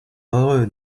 heureux